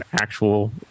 actual